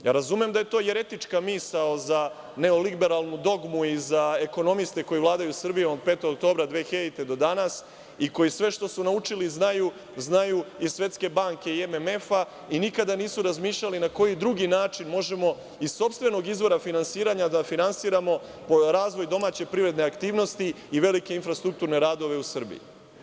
Ja razumem da je to jeretička misao za neoliberalnu dogmu i za ekonomiste koji vladaju Srbijom od 5. oktobra 2000. godine do danas i koji sve što su naučili znaju iz Svetske banke i MMF-a i nikada nisu razmišljali na koji drugi način možemo iz sopstvenog izvora finansiranja da finansiramo razvoj domaće privredne aktivnosti i velike infrastrukturne radove u Srbiji.